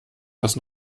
das